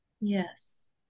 Yes